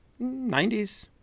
90s